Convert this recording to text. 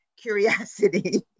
curiosity